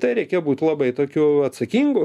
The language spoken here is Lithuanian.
tai reikia būt labai tokiu atsakingu